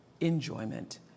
enjoyment